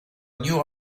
new